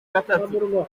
gatatu